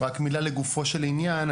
רק מילה לגופו של עניין,